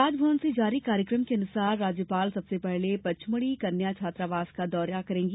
राजभवन से जारी कार्यक्रम के अनुसार राज्यपाल सबसे पहले पचमढ़ी कन्या छात्रावास का दौरा करेंगी